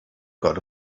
got